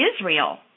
Israel